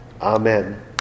Amen